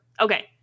okay